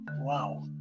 Wow